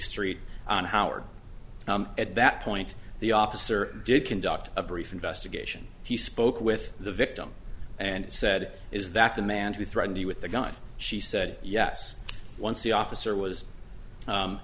street and howard at that point the officer did conduct a brief investigation he spoke with the victim and said is that the man who threatened you with the gun she said yes once the officer was